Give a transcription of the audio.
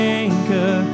anchor